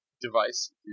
device